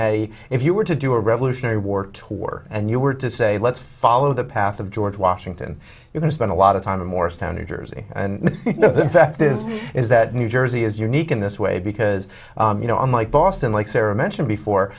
and if you were to do a revolutionary war tour and you were to say let's follow the path of george washington you can spend a lot of time in morristown new jersey and the fact is is that new jersey is unique in this way because you know unlike boston like sarah mentioned before